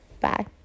Bye